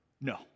No